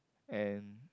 and